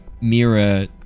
Mira